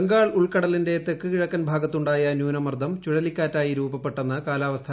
ബംഗാൾ ഉൾക്കടലിന്റെ തെക്കു കിഴക്കൻ ഭാഗത്തുണ്ടായ ന്യൂനമർദ്ദം ചുഴലിക്കാറ്റായി രൂപപ്പെട്ടെന്ന് കാലാവസ്ഥാ നിരീക്ഷണ കേന്ദ്രം